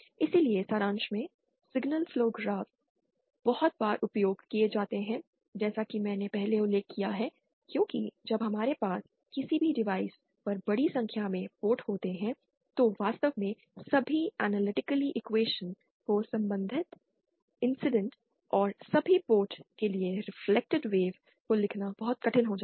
इसलिए सारांश में सिग्नल फ्लो ग्राफ बहुत बार उपयोग किए जाते हैं जैसा कि मैंने पहले उल्लेख किया है क्योंकि जब हमारे पास किसी भी डिवाइस पर बड़ी संख्या में पोर्ट होते हैं तो वास्तव में सभी एनालिटिकल इक्वेशन को संबंधित इंसीडेंट और सभी पोर्ट के लिए रिफ्लेक्टेड वेव को लिखना बहुत कठिन हो जाता है